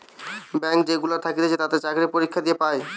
bank যেগুলা থাকতিছে তাতে চাকরি পরীক্ষা দিয়ে পায়